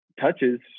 touches